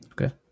okay